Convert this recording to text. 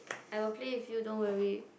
I will play with you don't worry